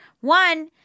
One